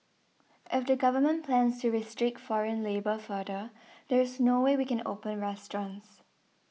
if the Government plans to restrict foreign labour further there is no way we can open restaurants